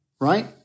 right